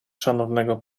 szanownego